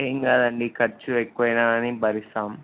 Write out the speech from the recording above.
ఏం కాదండి ఖర్చు ఎక్కువైనా కానీ భరిస్తాము